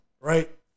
right